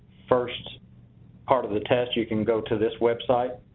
first part of the test, you can go to this website.